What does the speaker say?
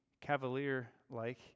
cavalier-like